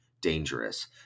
dangerous